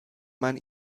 man